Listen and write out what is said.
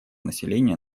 населения